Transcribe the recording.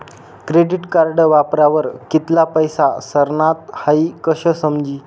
credit card वापरावर कित्ला पैसा सरनात हाई कशं समजी